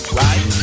right